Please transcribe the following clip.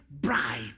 bride